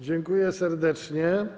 Dziękuję serdecznie.